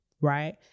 right